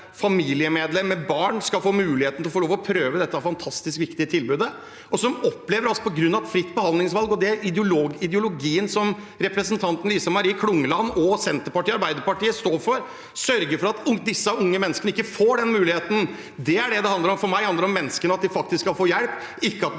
familiemedlemmer med barn skal få muligheten til å få lov til å prøve dette fantastisk viktige tilbudet, som de opplever på grunn av fritt behandlingsvalg. Det er ideologien som representanten Lisa Marie Klungland, Senterpartiet og Arbeiderpartiet står for: å sørge for at disse unge menneskene ikke får den muligheten. Det er det det handler om. For meg handler det om menneskene og at de faktisk skal få hjelp, ikke om at man